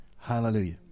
Hallelujah